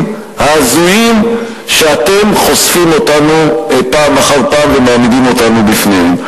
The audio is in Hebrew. ההזויים שאתם חושפים אותנו פעם אחר פעם ומעמידים אותנו בפניהם.